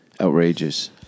outrageous